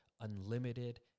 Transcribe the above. unlimited